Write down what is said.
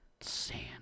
Sand